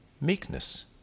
meekness